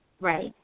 Right